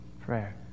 prayer